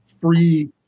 free